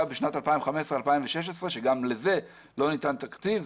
בשנת 2016-2015 שגם לזה לא ניתן תקציב,